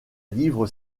livre